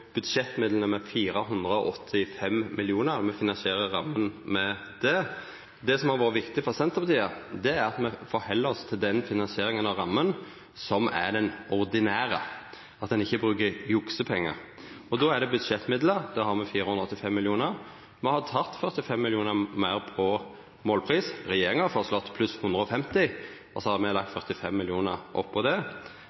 budsjettmidlane med 485 mill. kr. Me finansierer ramma med det. Det som òg har vore viktig for Senterpartiet, er at me held oss til den finansieringa av ramma som er den ordinære, og at ein ikkje brukar juksepengar. Då er det budsjettmidlar, og der har me 485 mill. kr. Me har teke 45 mill. kr meir på målpris. Regjeringa har føreslått pluss 150, og så har me lagt